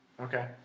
Okay